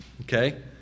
Okay